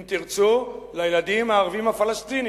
אם תרצו, אל הילדים הערבים-הפלסטינים,